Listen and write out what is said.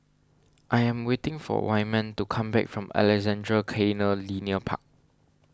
I am waiting for Wyman to come back from Alexandra Canal Linear Park